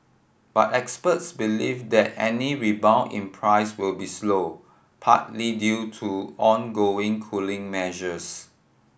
but experts believe that any rebound in price will be slow partly due to ongoing cooling measures